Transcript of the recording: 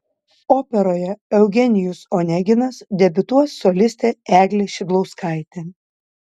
operoje eugenijus oneginas debiutuos solistė eglė šidlauskaitė